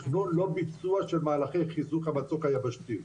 לא ביצוע של מהלכי חיזוק המצוק היבשתי.